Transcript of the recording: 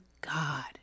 God